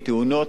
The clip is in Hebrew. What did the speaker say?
לכן אנחנו,